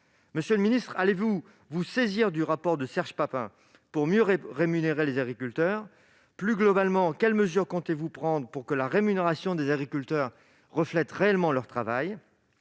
en nombre. Allez-vous vous saisir du rapport de Serge Papin pour mieux rémunérer les agriculteurs ? Plus globalement, quelles mesures comptez-vous prendre pour que la rémunération des agriculteurs reflète réellement leur travail ?